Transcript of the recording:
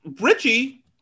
Richie